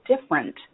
different